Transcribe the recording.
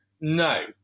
No